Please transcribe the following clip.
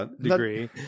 degree